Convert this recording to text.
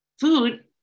Food